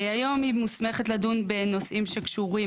היום היא מוסמכת לדון בנושאים שקשורים,